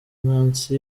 nancy